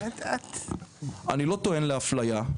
אני לא טוען לאפליה,